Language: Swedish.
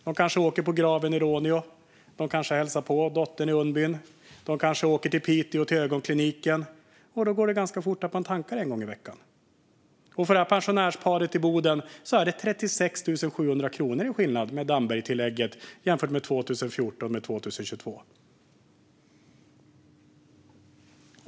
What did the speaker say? De kanske åker till graven i Råneå, de kanske hälsar på dottern i Unbyn och de kanske åker till ögonkliniken i Piteå. Då blir det fort så att man tankar en gång i veckan. För detta pensionärspar i Boden innebär Dambergtillägget en skillnad på 36 700 kronor om man jämför 2014 med 2022.